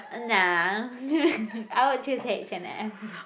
nah I would choose H and M